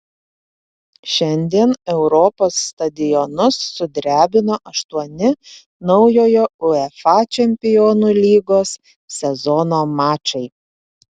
šiandien europos stadionus sudrebino aštuoni naujojo uefa čempionų lygos sezono mačai